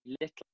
little